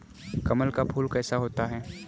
कमल का फूल कैसा होता है?